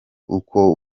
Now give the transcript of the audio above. uko